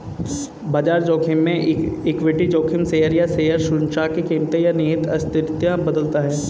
बाजार जोखिम में इक्विटी जोखिम शेयर या शेयर सूचकांक की कीमतें या निहित अस्थिरता बदलता है